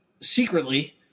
secretly